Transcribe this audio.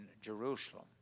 Jerusalem